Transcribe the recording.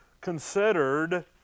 considered